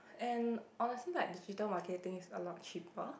and honestly like digital marketing is a lot cheaper